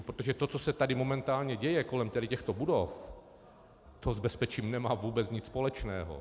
Protože to, co se tady momentálně děje kolem těchto budov, to s bezpečím nemá vůbec nic společného.